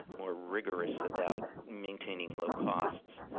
more rigorous about maintaining low costs,